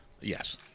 Yes